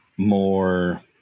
more